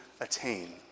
attain